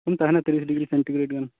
ᱛᱟᱦᱮᱱᱟ thirty degree centigrade ᱜᱟᱱ